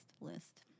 list